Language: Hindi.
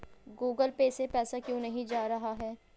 गूगल पे से पैसा क्यों नहीं जा रहा है?